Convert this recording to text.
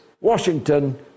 Washington